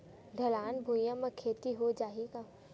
ढलान भुइयां म खेती हो जाही का?